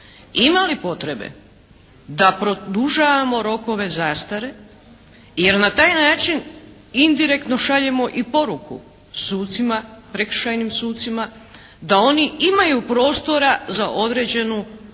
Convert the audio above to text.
ima li potrebe da produžavamo rokove zastare jer na taj način indirektno šaljemo i poruku sucima, prekršajnim sucima da oni imaju prostora za određenu ajde